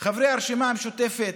חברי הרשימה המשותפת,